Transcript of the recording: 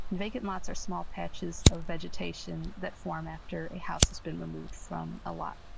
and vacant lots are small patches of vegetation that form after a house has been removed from a lot.